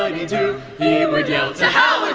um he'd do he would yell, to hell with